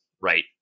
right